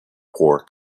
poor